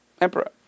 emperor